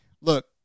look